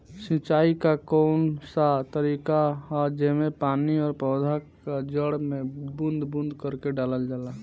सिंचाई क कउन सा तरीका ह जेम्मे पानी और पौधा क जड़ में बूंद बूंद करके डालल जाला?